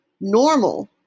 Normal